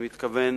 אני מתכוון